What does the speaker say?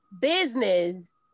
business